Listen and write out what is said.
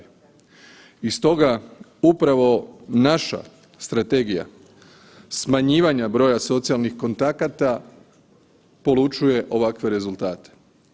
I stoga upravo naša strategija smanjivanja broja socijalnih kontakata polučuje ovakve rezultate.